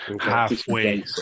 halfway